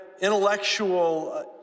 intellectual